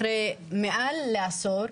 אחרי מעל לעשור,